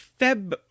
Feb